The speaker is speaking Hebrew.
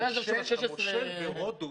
המושל ברודוס,